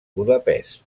budapest